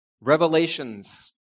Revelations